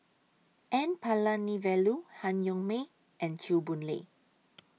N Palanivelu Han Yong May and Chew Boon Lay